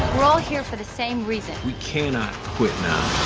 we're all here for the same reason. we cannot quit now.